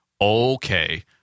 Okay